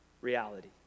reality